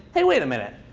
hey, wait a minute.